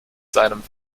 seinem